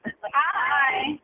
Hi